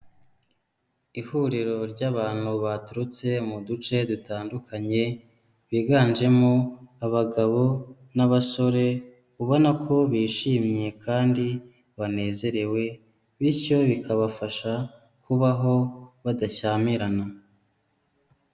Ihuriro ry'abantu baturutse mu duce dutandukanye, biganjemo abagabo n'abasore, ubona ko bishimye kandi banezerewe, bityo bikabafasha kubaho badashyamirana.